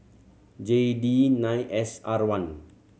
J D nine S R one